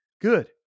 good